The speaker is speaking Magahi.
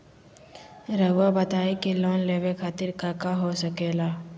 रउआ बताई की लोन लेवे खातिर काका हो सके ला?